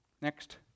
Next